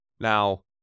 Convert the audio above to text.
Now